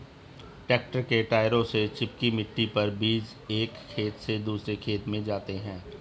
tractor के टायरों से चिपकी मिट्टी पर बीज एक खेत से दूसरे खेत में जाते है